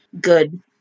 good